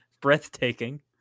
Breathtaking